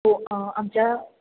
हो आमच्या